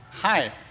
Hi